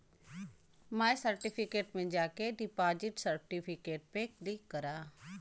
माय certificate में जाके deposit certificate पे क्लिक करा